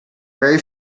very